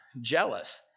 jealous